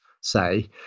say